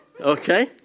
okay